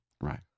Right